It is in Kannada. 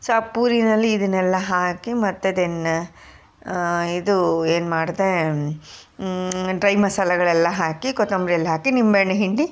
ಸೊ ಆ ಪೂರಿಯಲ್ಲಿ ಇದನ್ನೆಲ್ಲ ಹಾಕಿ ಮತ್ತು ಅದನ್ನು ಇದು ಏನು ಮಾಡಿದೆ ಡ್ರೈ ಮಸಾಲೆಗಳೆಲ್ಲ ಹಾಕಿ ಕೊತಂಬರಿ ಎಲ್ಲ ಹಾಕಿ ನಿಂಬೆ ಹಣ್ಣು ಹಿಂಡಿ